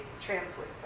translate